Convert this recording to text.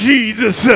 Jesus